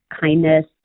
kindness